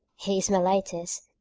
he's my latest.